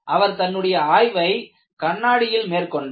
அவர் தன்னுடைய ஆய்வை கண்ணாடியில் மேற்கொண்டார்